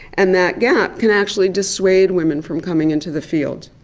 and that gap can actually dissuade women from coming into the field.